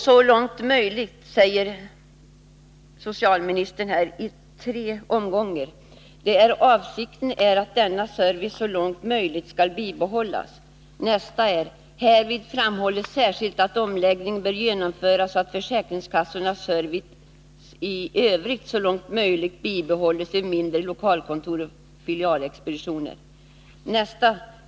”Så långt möjligt” säger socialministern i tre omgångar: ”Avsikten är att denna service så långt som möjligt skall bibehållas. - Härvid framhålls särskilt att omläggningen bör genomföras så att försäkringskassornas service i övrigt så långt möjligt bibehålls vid mindre lokalkontor och filialexpeditioner.